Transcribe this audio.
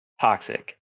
toxic